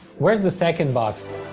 where's the second box?